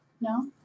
No